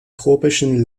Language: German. tropischen